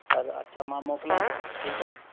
त अच्छा मां मोकिलिया थो पियो ठीकु आहे